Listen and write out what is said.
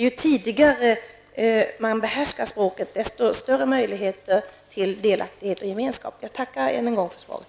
Ju tidigare man behärskar språket, desto större möjlighet till delaktighet och gemenskap. Jag tackar än en gång för svaret.